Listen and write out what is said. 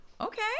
okay